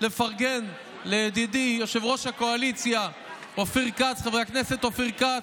לפרגן לידידי יושב-ראש הקואליציה חבר הכנסת אופיר כץ,